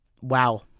Wow